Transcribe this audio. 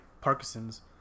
Parkinson's